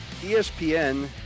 ESPN